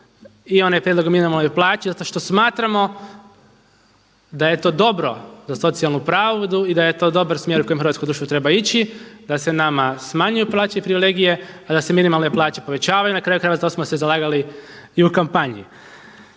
i onaj prijedlog o minimalnoj plaći zato što smatramo da je to dobro za socijalnu pravdu i da je to dobar smjer u kojem hrvatsko društvo treba ići da se nama smanjuju plaće i privilegije a da se minimalne plaće povećavaju. I na kraju krajeva to smo se zalagali i u kampanji.